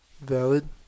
Valid